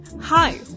Hi